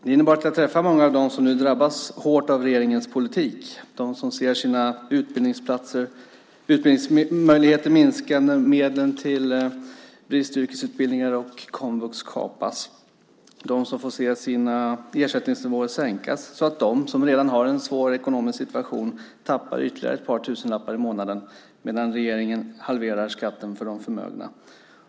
Det innebar att jag träffade många av dem som nu drabbas hårt av regeringens politik, de som ser sina utbildningsmöjligheter minska när medlen till bristyrkesutbildningar och komvux kapas, de som får se sina ersättningsnivåer sänkas så att de som redan har en svår ekonomisk situation tappar ytterligare ett par tusenlappar i månaden medan regeringen halverar skatten för de förmögna.